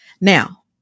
Now